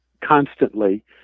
constantly